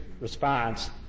response